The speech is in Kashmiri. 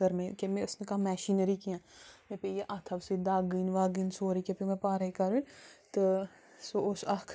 کٔر مےٚ یہِ مےٚ ٲسۍ نہٕ کانٛہہ مِشیٖنٔری کیٚنٛہہ مےٚ پے یہِ اَتھو سۭتۍ دَگٕنۍ وَگٕنۍ سورٕی کیٚنٛہہ پیٚو مےٚ پانے کَرُن تہٕ سُہ اوس اَکھ